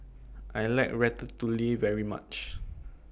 I like Ratatouille very much